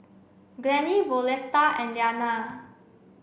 Glennie Violetta and Liana